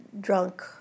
drunk